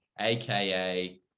aka